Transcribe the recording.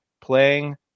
playing